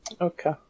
Okay